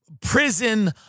prison